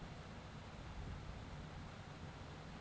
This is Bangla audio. অথ্থ ব্যবস্থার উপর যে ছব অথ্থলিতি থ্যাকে